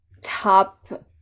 top